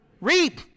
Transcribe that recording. reap